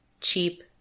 cheap